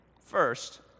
first